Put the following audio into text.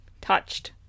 Touched